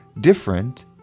different